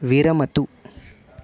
विरमतु